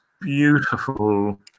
beautiful